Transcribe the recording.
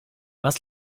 was